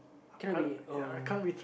can not we uh